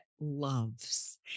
loves